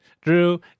drew